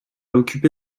occupé